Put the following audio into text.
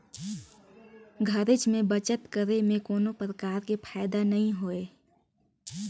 घरेच में बचत करे में कोनो परकार के फायदा नइ होय